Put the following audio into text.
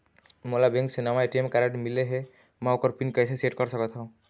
मोला बैंक से नावा ए.टी.एम कारड मिले हे, म ओकर पिन कैसे सेट कर सकत हव?